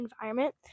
environment